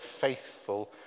faithful